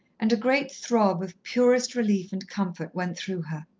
and a great throb of purest relief and comfort went through her.